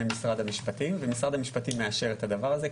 משרד המשפטים ומשרד המשפטים מאשר את הדבר הזה.